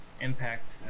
impact